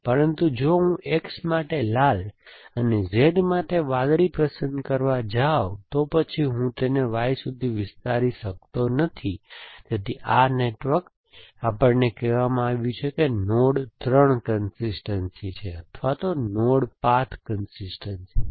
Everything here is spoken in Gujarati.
પરંતુ જો હું X માટે લાલ અને Z માટે વાદળી પસંદ કરવા જાઉં તો પછી હું તેને Y સુધી વિસ્તારી શકતો નથી તેથી આ નેટવર્ક આપણને આપવામાં આવ્યું છે કે નોડ 3 કન્સિસ્ટનસી છે અથવા નોડ પાથ કન્સિસ્ટનસી છે